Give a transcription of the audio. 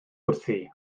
wrthi